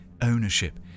ownership